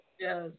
yes